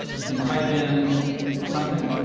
we can type in something,